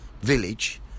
Village